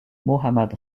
mohammad